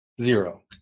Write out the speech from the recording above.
Zero